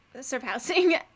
surpassing